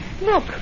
Look